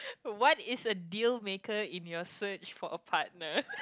what is a deal maker in your search for a partner